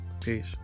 Peace